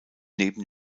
neben